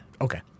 Okay